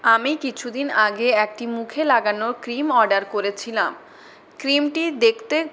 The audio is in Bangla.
আমি কিছুদিন আগে একটি মুখে লাগানোর ক্রিম অর্ডার করেছিলাম ক্রিমটি দেখতে